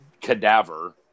cadaver